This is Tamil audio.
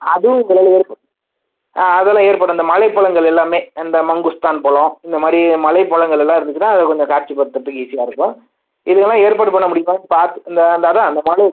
அதுவும் உங்களால் ஏற்பா ஆ அதெலாம் ஏற்பாடு இந்த மலைப்பழங்கள் எல்லாமே அந்த மங்குஸ்தான் பழம் இந்த மாதிரி மலைப்பழங்கள் எல்லாம் இருந்துச்சுனால் அதை கொஞ்சோம் காட்சிப்படுத்துறதுக்கு ஈஸியாருக்கும் இல்லைனா ஏற்பாடு பண்ண முடியுமானு பார்த்து இந்த அந்த அதான் இந்த மலை